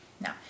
now